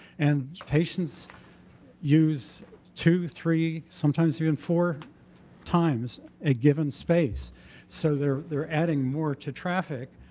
and patients use two, three, sometimes even four times a given space so they're they're adding more to traffic.